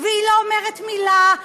והיא לא אומרת מילה,